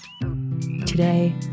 Today